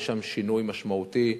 יש שם שינוי משמעותי.